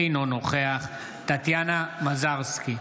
אינו נוכח טטיאנה מזרסקי,